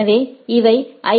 எனவே இவை ஐ